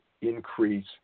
increase